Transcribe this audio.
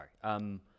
Sorry